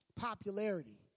Popularity